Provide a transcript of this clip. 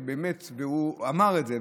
והוא אמר את זה,